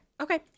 Okay